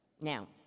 Now